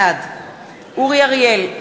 בעד אורי אריאל,